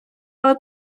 але